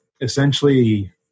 Essentially